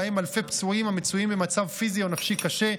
ובהם אלפי פצועים המצויים במצב פיזי או נפשי קשה,